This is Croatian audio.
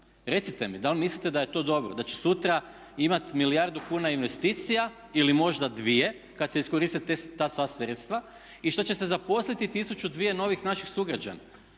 Recite mi, da li mislite da je to dobro, da će sutra imati milijardu kuna investicija ili možda dvije kad se iskoriste ta sva sredstva i što će se zaposliti 1000, 2000 novih naših sugrađana?